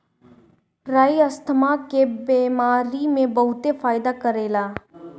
राई asthma के बेमारी में बहुते फायदा करेला